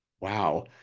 wow